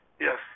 yes